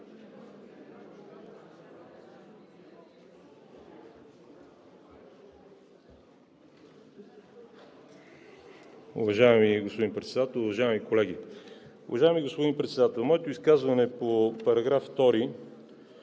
Уважаеми господин Председател, уважаеми колеги! Уважаеми господин Председател, моето изказване по § 2,